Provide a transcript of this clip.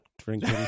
drinking